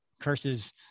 curses